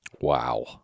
Wow